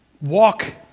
walk